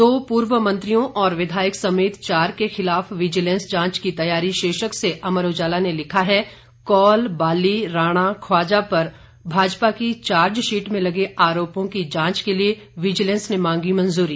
दो पूर्व मंत्रियों और विधायक समेत चार के खिलाफ विजिलेंस जांच की तैयारी शीर्षक से अमर उजाला ने लिखा है कौल बाली राणा ख्वाजा पर भाजपा की चार्जशीट में लगे आरोपों की जांच के लिये विजिलेंस ने मांगी मंजूरी